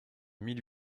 mille